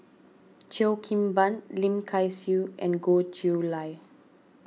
Cheo Kim Ban Lim Kay Siu and Goh Chiew Lye